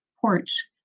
porch